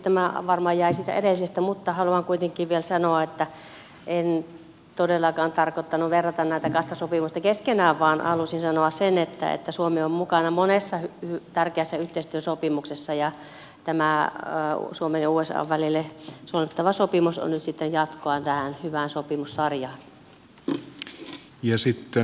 tämä varmaan jäi pois edellisestä puheenvuorosta mutta haluan kuitenkin vielä sanoa että en todellakaan tarkoittanut verrata näitä kahta sopimusta keskenään vaan halusin sanoa sen että suomi on mukana monessa tärkeässä yhteistyösopimuksessa ja tämä suomen ja usan välille solmittava sopimus on nyt sitten jatkoa tähän hyvään sopimussarjaan